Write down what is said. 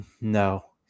No